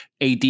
AD